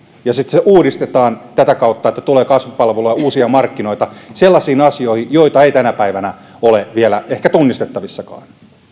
ja sitten se uudistetaan tätä kautta että tulee kasvupalveluja ja uusia markkinoita sellaisiin asioihin joita ei tänä päivänä ole vielä ehkä tunnistettavissakaan